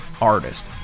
artist